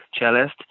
cellist